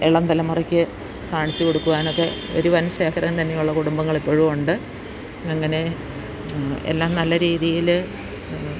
ഇളം തലമുറക്ക് കാണിച്ച് കൊടുക്കുവാൻ ഒക്കെ ഒരു വൻശേഖരം തന്നെയുള്ള കുടുംബങ്ങൾ ഇപ്പോഴും ഉണ്ട് അങ്ങനെ എല്ലാം നല്ല രീതിയിൽ